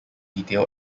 detail